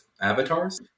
Avatars